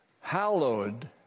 hallowed